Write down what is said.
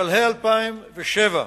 בשלהי 2007,